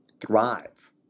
thrive